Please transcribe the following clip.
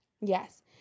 Yes